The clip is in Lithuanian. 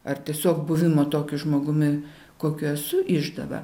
ar tiesiog buvimu tokiu žmogumi kokia esu išdava